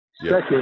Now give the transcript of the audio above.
Second